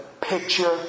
picture